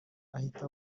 yahita